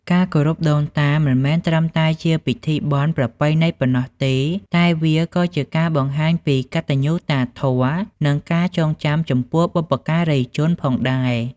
ការគោរពដូនតាមិនមែនត្រឹមតែជាពិធីបុណ្យប្រពៃណីប៉ុណ្ណោះទេ តែវាក៏ជាការបង្ហាញពីកតញ្ញូតាធម៌ និងការចងចាំចំពោះបុព្វការីជនផងដែរ។